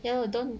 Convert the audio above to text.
yo don't